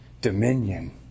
dominion